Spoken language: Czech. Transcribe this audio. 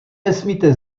nesmíte